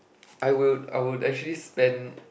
I would I would actually spend